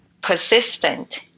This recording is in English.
persistent